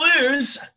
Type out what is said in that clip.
lose